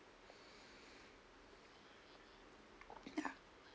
ya